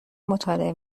مطالعه